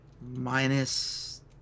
Minus